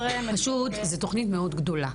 פשוט זאת תוכנית מאוד גדולה.